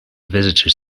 visitor